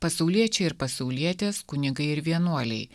pasauliečiai ir pasaulietės kunigai ir vienuoliai